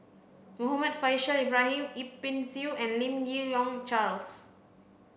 Muhammad Faishal Ibrahim Yip Pin Xiu and Lim Yi Yong Charles